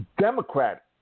democrat